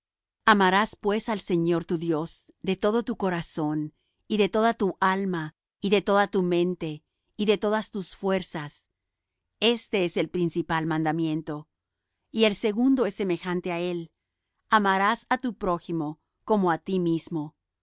amarás pues al señor tu dios de todo tu corazón y de toda tu alma y de toda tu mente y de todas tus fuerzas este es el principal mandamiento y el segundo es semejante á él amarás á tu prójimo como á ti mismo